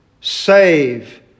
save